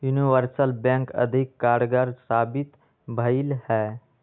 universal bank अधिक कारगर साबित भेलइ ह